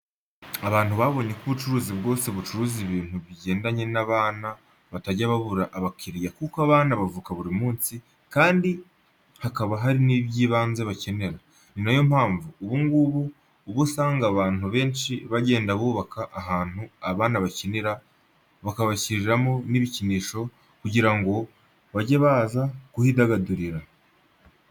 Abantu babonye ko ubucuruzi bwose bucuruza ibintu bigendanye n'abana batajya babura abakiriya kuko abana bavuka buri minsi kandi hakaba hari iby'ibanze bakenera. Ni na yo mpamvu ubu ngubu uba usanga abantu benshi bagenda bubaka ahantu abana bakinira bakabashyiriramo n'ibikinisho kugira ngo bajye baza kuhidagadurira.